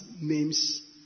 names